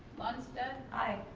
lundsted. aye.